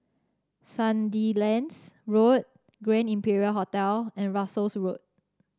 Sandilands Road Grand Imperial Hotel and Russels Road